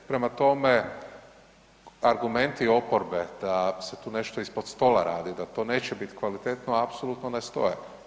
Prema tome, argumenti oporbe da se tu nešto ispod stola radi, da to neće bit kvalitetno, apsolutno ne stoje.